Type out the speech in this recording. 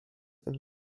and